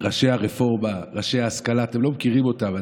ראשי הרפורמה, ראשי ההשכלה, אתם לא מכירים אותם.